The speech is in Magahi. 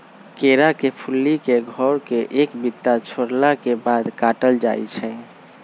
केरा के फुल्ली के घौर से एक बित्ता छोरला के बाद काटल जाइ छै